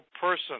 person